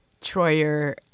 Troyer